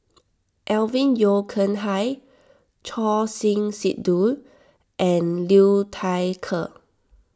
Alvin Yeo Khirn Hai Choor Singh Sidhu and Liu Thai Ker